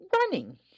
running